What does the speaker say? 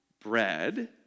bread